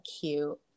cute